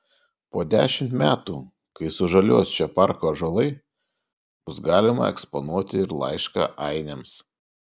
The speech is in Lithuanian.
po dešimt metų kai sužaliuos šio parko ąžuolai bus galima eksponuoti ir laišką ainiams